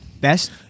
best